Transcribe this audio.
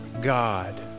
God